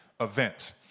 event